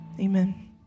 Amen